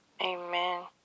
amen